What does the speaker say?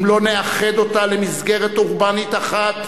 אם לא נאחד אותה למסגרת אורבנית אחת,